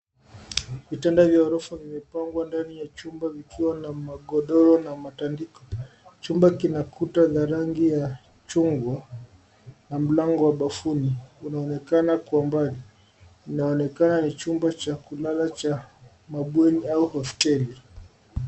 Vitanda vya ghorofa vimepangwa kwa chumba vikiwa na magodoro na matandiko. Chumba kina rangi ya chungwa na mlango wa bafuni unaonekana kwa umbali. Inaonekana ni chumba cha kulala cha mabweni au hosteli.